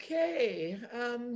Okay